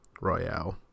Royale